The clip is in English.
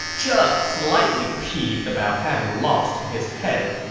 just slightly peeved about having lost his head.